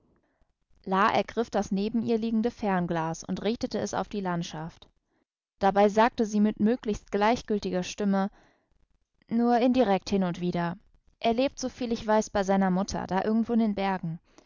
ergriff das neben ihr liegende fernglas und richtete es auf die landschaft dabei sagte sie mit möglichst gleichgültiger stimme nur indirekt hin und wieder er lebt soviel ich weiß bei seiner mutter da irgendwo in den bergen